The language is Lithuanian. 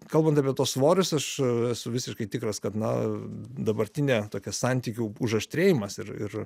kalbant apie tuos svorius aš esu visiškai tikras kad na dabartinė tokia santykių užaštrinimas ir